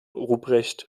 ruprecht